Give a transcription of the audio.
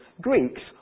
Greeks